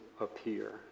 appear